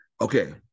Okay